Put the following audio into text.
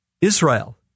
Israel